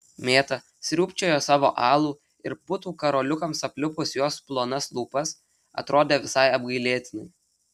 mėta sriubčiojo savo alų ir putų karoliukams aplipus jos plonas lūpas atrodė visai apgailėtinai